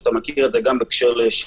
אתה מכיר את זה גם בהקשר ל-